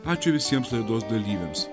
ačiū visiems laidos dalyviams